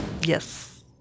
Yes